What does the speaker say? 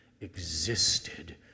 existed